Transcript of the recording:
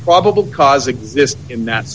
probable cause exists in that